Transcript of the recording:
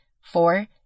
four